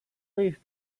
lived